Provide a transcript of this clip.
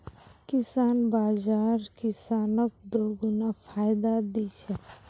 किसान बाज़ार किसानक दोगुना फायदा दी छे